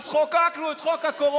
אז חוקקנו את חוק הקורונה,